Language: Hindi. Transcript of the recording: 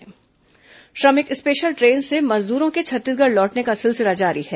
कोरोना श्रमिक वापसी श्रमिक स्पेशल ट्रेन से मजदूरों के छत्तीसगढ़ लौटने का सिलसिला जारी है